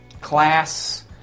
class